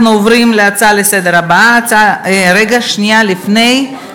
אז אנחנו נעשה, כולם הצביעו.